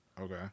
Okay